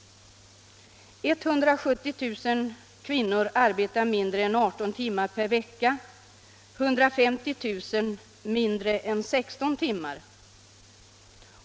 170 000 kvinnor arbetar mindre än 18 timmar per vecka, 150 000 mindre än 16 timmar.